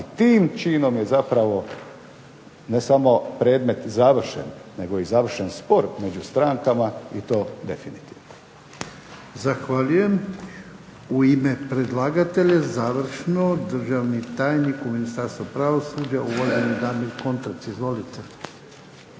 I tim je činom ne samo predmet završen nego i završen spor među strankama i to definitivno. **Jarnjak, Ivan (HDZ)** Zahvaljujem. U ime predlagatelja završno, državni tajnik u Ministarstvu pravosuđa uvaženi Damir KOntrec. Izvolite.